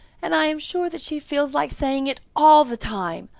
and i am sure that she feels like saying it all the time.